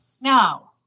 No